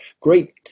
great